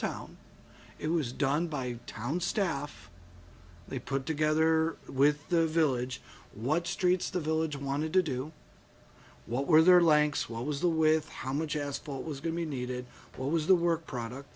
town it was done by town staff they put together with the village what streets the village wanted to do what were their lengths what was the with how much as what was going to be needed what was the work product